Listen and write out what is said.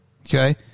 okay